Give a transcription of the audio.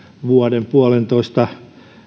vuoden puolentoista